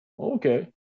Okay